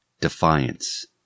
Defiance